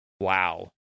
Wow